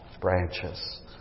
branches